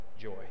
joy